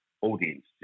audience